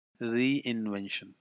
reinvention